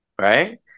Right